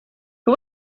who